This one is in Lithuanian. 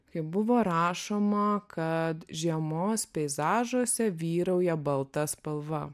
kai buvo rašoma kad žiemos peizažuose vyrauja balta spalva